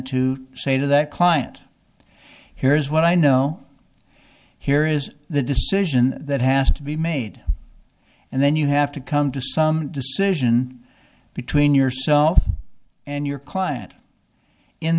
to say to that client here's what i know here is the decision that has to be made and then you have to come to some decision between yourself and your client in